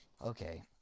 Okay